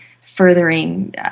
furthering